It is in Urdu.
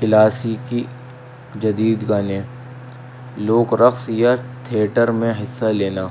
کلاسکی جدید گانے لوک رقص یا تھیٹر میں حصہ لینا